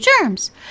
germs